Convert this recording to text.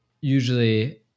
Usually